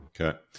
Okay